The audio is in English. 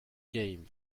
game